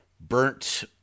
burnt